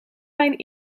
mijn